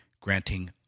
granting